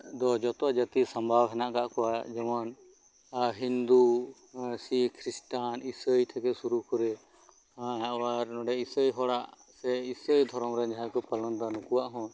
ᱡᱚᱛᱚ ᱡᱟᱛᱤ ᱥᱟᱢᱵᱟᱣ ᱦᱮᱱᱟᱜ ᱠᱟᱜ ᱠᱚᱣᱟ ᱡᱮᱢᱚᱱ ᱦᱤᱱᱫᱩ ᱥᱤᱠᱷ ᱠᱷᱨᱤᱥᱴᱟᱱ ᱤᱥᱟᱹᱭ ᱛᱷᱮᱠᱮ ᱥᱩᱨᱩ ᱠᱚᱨᱮ ᱦᱮᱸ ᱟᱵᱟᱨ ᱤᱥᱟᱹᱭ ᱦᱚᱲᱟᱜ ᱥᱮ ᱤᱥᱟᱹᱭ ᱫᱷᱚᱨᱚᱢ ᱠᱚᱨᱮ ᱡᱟᱦᱟᱸᱭ ᱠᱚ ᱯᱟᱞᱚᱱ ᱫᱟ ᱱᱩᱠᱩᱣᱟᱜ ᱦᱚᱸ